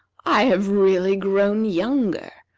i have really grown younger.